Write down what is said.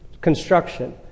construction